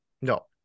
No